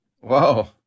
Whoa